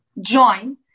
join